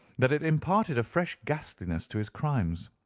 that it imparted a fresh ghastliness to his crimes.